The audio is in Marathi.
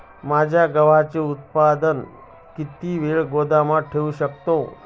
माझे गव्हाचे उत्पादन किती वेळ गोदामात ठेवू शकतो?